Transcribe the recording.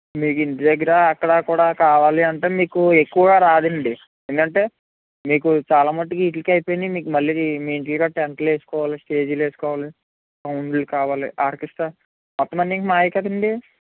మీకు ఇంటి దగ్గర అక్కడ కూడా కావాలి అంటే మీకు ఎక్కువగా రాదండి ఎందుకంటే మీకు చాలా మటుకు వీటికే అయిపోయిందండి ఇంకా మళ్ళీ మీ ఇంటి దగ్గర టెంట్లు వెసుకోవాలి స్టేజీలేసుకోవాలి సౌండ్లు కావాలి ఆర్గెస్స్ట్రా మొత్తమన్నీ ఇక మావే కదండీ